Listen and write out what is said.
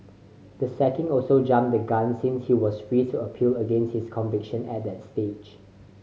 the sacking also jumped the gun since he was free to appeal against his conviction at that stage